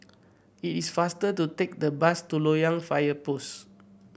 it is faster to take the bus to Loyang Fire Post